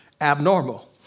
abnormal